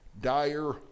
dire